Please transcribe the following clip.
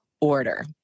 order